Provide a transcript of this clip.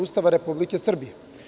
Ustava Republike Srbije.